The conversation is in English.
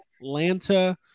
Atlanta